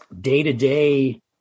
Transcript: day-to-day